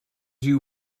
you